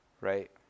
Right